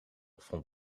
vond